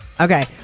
Okay